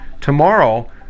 tomorrow